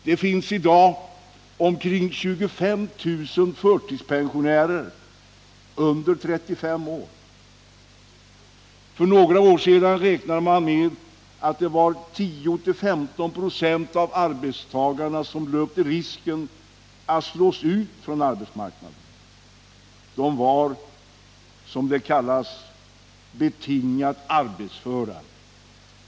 Det finns i dag omkring 25 000 förtidspensionärer under 35 år. För några år sedan räknade man med att det var 10-15 procent av arbetstagarna som löpte risken att slås ut från arbetsmarknaden. De var, som det kallas, ”betingat arbetsföra”.